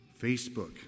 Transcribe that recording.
Facebook